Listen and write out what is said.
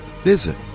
Visit